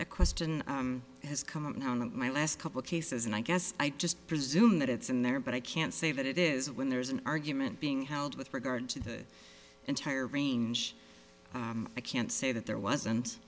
the question has come down to my last couple cases and i guess i just presume that it's in there but i can't say that it is when there's an argument being held with regard to the entire range i can't say that there wasn't